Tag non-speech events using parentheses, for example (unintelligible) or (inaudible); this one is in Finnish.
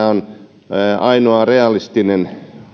(unintelligible) on mielestäni ainoa realistinen